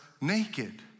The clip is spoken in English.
naked